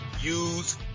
use